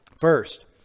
First